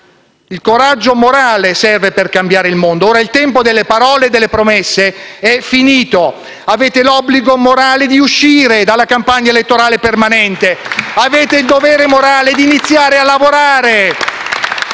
Il coraggio morale serve per cambiare il mondo e ora il tempo delle parole e delle promesse è finito. Avete l'obbligo morale di uscire dalla campagna elettorale permanente. *(Applausi dal Gruppo PD)*. Avete il dovere morale di iniziare a lavorare.